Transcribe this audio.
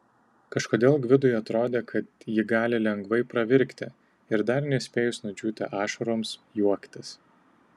kažkodėl gvidui atrodė kad ji gali lengvai pravirkti ir dar nespėjus nudžiūti ašaroms juoktis